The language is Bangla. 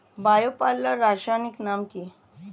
বায়ো পাল্লার রাসায়নিক নাম কি?